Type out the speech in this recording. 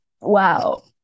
wow